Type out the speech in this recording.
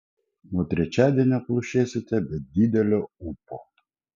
nuo trečiadienio plušėsite be didelio ūpo